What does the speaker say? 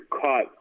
caught